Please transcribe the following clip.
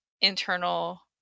internal